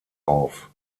auf